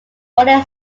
morley